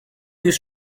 już